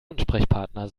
ansprechpartner